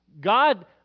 God